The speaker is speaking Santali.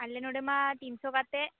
ᱟᱞᱮ ᱱᱚᱸᱰᱮ ᱢᱟ ᱛᱤᱱᱥᱚ ᱠᱟᱛᱮ